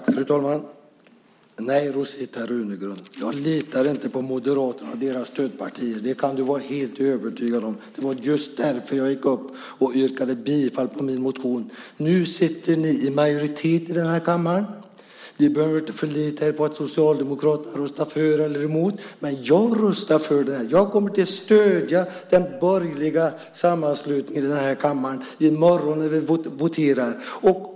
Fru talman! Nej, Rosita Runegrund, jag litar inte på Moderaterna och deras stödpartier. Det kan du vara helt övertygad om. Det var just därför jag gick upp och yrkade bifall till min motion. Nu sitter ni i majoritet i kammaren. Ni behöver inte förlita er på att Socialdemokraterna röstar för eller emot, men jag röstar för. Jag kommer att stödja den borgerliga sammanslutningen i kammaren i morgon när vi voterar.